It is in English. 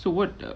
so what the